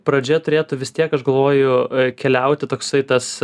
pradžia turėtų vis tiek aš galvoju keliauti toksai tas